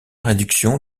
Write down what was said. réduction